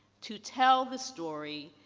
to tell the story,